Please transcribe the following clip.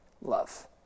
love